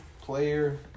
player